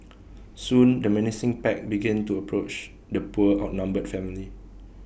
soon the menacing pack began to approach the poor outnumbered family